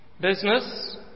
business